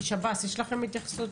שב"ס, יש לכם התייחסות?